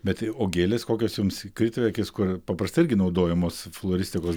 bet o gėlės kokios jums krito į akis kur paprastai irgi naudojamos floristikos